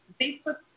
Facebook